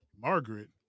Margaret